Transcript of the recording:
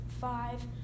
five